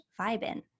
vibin